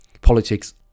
politics